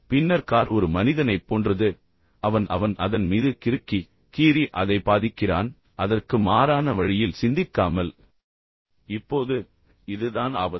பின்னர் கார் ஒரு மனிதனைப் போன்றது அவன் அவன் அதன் மீது கிறுக்கி கீறி அதை பாதிக்கிறான் அதற்கு மாறான வழியில் சிந்திக்காமல் இப்போது இதுதான் ஆபத்து